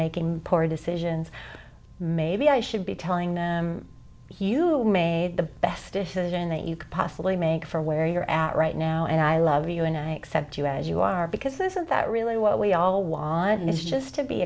making poor decisions maybe i should be telling them you made the best decision that you could possibly make from where you're at right now and i love you and i accept you as you are because of that really what we all want is just to be